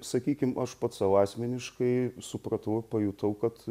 sakykim aš pats sau asmeniškai supratau pajutau kad